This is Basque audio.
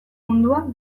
mundua